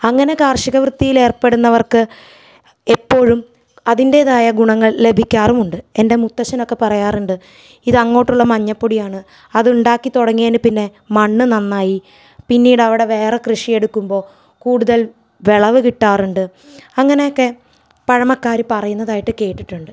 അങ്ങനെ കാർഷിക വൃത്തിയിലേർപ്പെടുന്നവർക്ക് എപ്പോഴും അതിൻ്റെതായ ഗുണങ്ങൾ ലഭിക്കാറുമുണ്ട് എൻ്റെ മുത്തശ്ശനൊക്കെ പറയാറുണ്ട് ഇതങ്ങോട്ടുള്ള മഞ്ഞപ്പൊടിയാണ് അതുണ്ടാക്കി തുടങ്ങിയതിന് പിന്നെ മണ്ണ് നന്നായി പിന്നീടവിടെ വേറെ കൃഷിയെടുക്കുമ്പോൾ കൂടുതൽ വിളവ് കിട്ടാറ്ണ്ട് അങ്ങനെക്കെ പഴമക്കാര് പറയുന്നതായിട്ട് കേട്ടിട്ടുണ്ട്